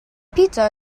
pizza